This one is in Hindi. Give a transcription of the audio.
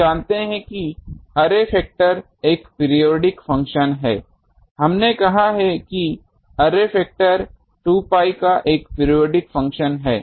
हम जानते हैं कि अर्रे फैक्टर एक पीरिऑडिक फंक्शन है हमने कहा है कि अर्रे फैक्टर 2pi का एक पीरिऑडिक फंक्शन है